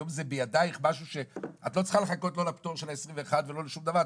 היום זה בידייך משהו שאת לא צריכה לחכות לו לפטור של ה-21 ולא שום דבר.